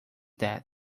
that